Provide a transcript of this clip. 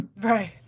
Right